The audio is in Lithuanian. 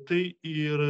tai ir